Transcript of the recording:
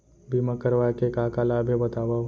बीमा करवाय के का का लाभ हे बतावव?